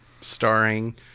Starring